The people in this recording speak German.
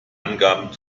angaben